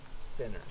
sinners